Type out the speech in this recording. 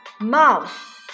mouth